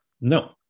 No